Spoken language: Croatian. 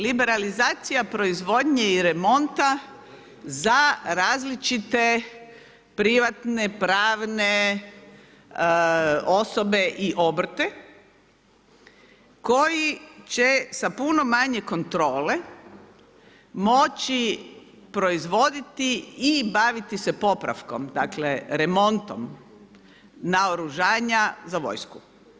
Liberalizacija proizvodnje i remonta za različite privatne, pravne osobe i obrte koji će sa puno manje kontrole moći proizvoditi i baviti se popravkom, dakle remontom naoružanja za vojsku.